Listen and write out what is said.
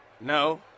No